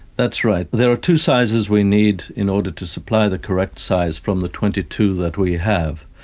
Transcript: that's right. there are two sizes we need in order to supply the correct size from the twenty two that we have,